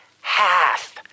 half